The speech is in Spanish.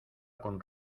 con